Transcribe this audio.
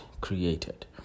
created